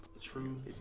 True